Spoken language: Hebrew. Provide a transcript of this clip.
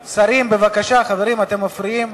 שרים, בבקשה, חברים, אתם מפריעים.